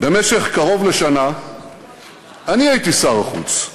במשך קרוב לשנה אני הייתי שר החוץ,